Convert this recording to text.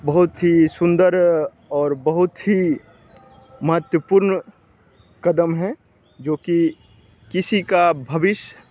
बहुत ही सुंदर और बहुत ही महत्वपूर्ण कदम है जो कि किसी का भविष्य